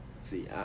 See